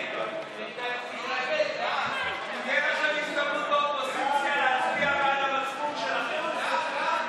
יש לכם הזדמנות באופוזיציה להצביע בעד המצפון שלכם.